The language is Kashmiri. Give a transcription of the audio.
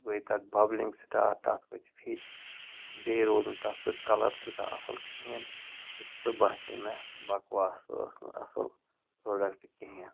گٔے تَتھ بَبلِنٛگ سِٹاٹ تَتھ ؤتھۍ فیٚتۍ بیٚیہِ روٗز نہٕ تَتھ سُہ کَلَر تیوٗتاہ اَصٕل کِہیٖنۍ تہٕ سُہ باسے مےٚ بَکواس سُہ ٲس نہٕ اَصٕل پرٛوڈَکٹ کِہیٖنۍ